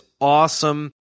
awesome